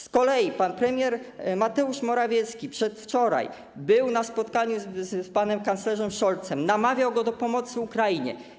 Z kolei pan premier Mateusz Morawiecki przedwczoraj był na spotkaniu z panem kanclerzem Scholzem, namawiał go do pomocy Ukrainie.